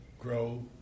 grow